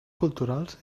culturals